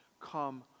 come